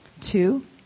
two